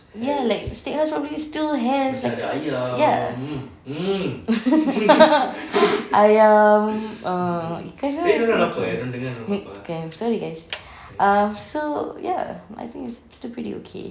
ya like steak house probably still has like ya ayam err ikan semua okay err so ya I think it's still pretty okay